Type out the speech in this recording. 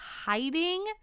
hiding